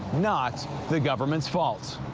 not the government's fault.